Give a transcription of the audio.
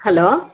hello